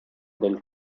del